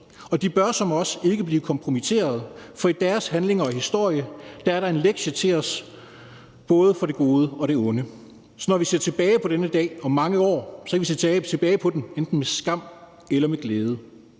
og de bør som os ikke blive kompromitteret, for i deres handlinger og historie er der en lektie til os, både for det gode og det onde. Så når vi ser tilbage på denne dag om mange år, kan vi se tilbage på den enten med skam eller med glæde.